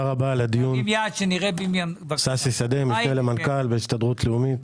משנה למנכ"ל בהסתדרות לאומית.